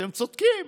אתם צודקים,